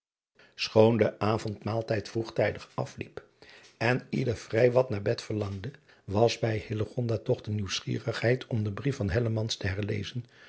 choon de avondmaaltijd vroegtijdig afliep en ieder vrij wat naar bed verlangde was bij toch de nieuwsgierigheid om den brief van te herlezen